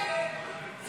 51, 60